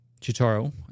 tutorial